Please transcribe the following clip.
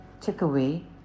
takeaway